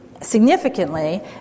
significantly